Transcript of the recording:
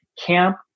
Camp